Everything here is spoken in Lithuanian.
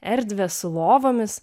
erdvę su lovomis